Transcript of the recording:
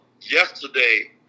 yesterday